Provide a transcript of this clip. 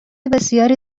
بسیاری